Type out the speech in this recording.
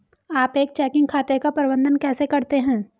आप एक चेकिंग खाते का प्रबंधन कैसे करते हैं?